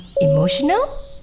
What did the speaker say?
emotional